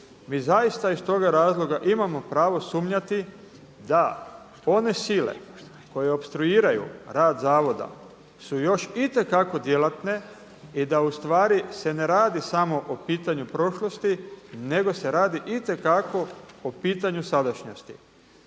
Mi zaista iz toga razloga imamo pravo sumnjati da one sile koje opstruiraju rad zavoda su još itekako djelatne i da u stvari se ne radi samo o pitanju prošlosti, nego se radi itekako o pitanju sadašnjosti.